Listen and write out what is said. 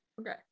Okay